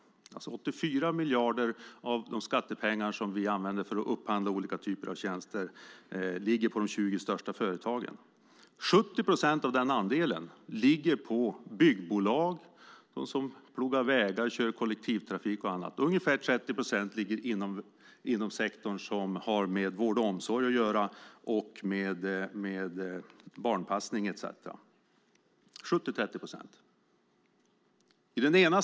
84 miljarder av de skattepengar som vi använder för att upphandla olika typer av tjänster ligger alltså på de 20 största företagen. 70 procent av den andelen ligger på byggbolag, de som plogar vägar, kör kollektivtrafik och annat. Ungefär 30 procent ligger inom sektorn som har med vård, omsorg, barnpassning etcetera att göra. Fördelningen är alltså 70-30 procent.